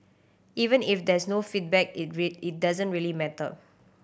even if there's no feedback it read it doesn't really matter